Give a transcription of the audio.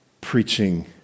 preaching